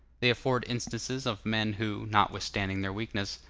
they afford instances of men who, notwithstanding their weakness,